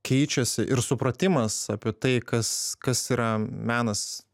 keičiasi ir supratimas apie tai kas kas yra menas